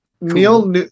neil